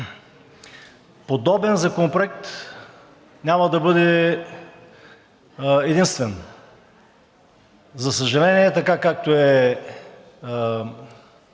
Подобен законопроект няма да бъде единствен. За съжаление, така, както е подписан